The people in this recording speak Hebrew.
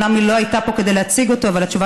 אומנם היא לא הייתה פה כדי להציג אותו אבל התשובה